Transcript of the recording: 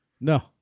No